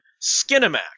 skinemax